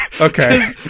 Okay